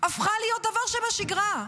הפכה להיות דבר שבשגרה?